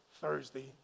Thursday